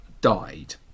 died